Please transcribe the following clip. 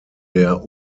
der